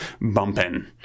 bumping